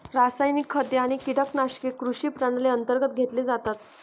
रासायनिक खते आणि कीटकनाशके कृषी प्रणाली अंतर्गत घेतले जातात